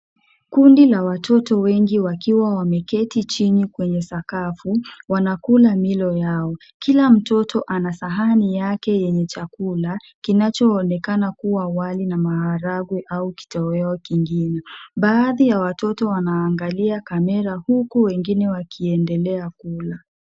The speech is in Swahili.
Kundi la watoto wengi wakiwa wameketi chini kwenye sakafu, wanakula milo yao. Kila mtoto ana sahani yake yenye chakula, kinachoonekana kuwa wali na maharage au kitoweo kingine. Baadhi ya watoto wanaangalia kamera huku wengine wakiendelea kula.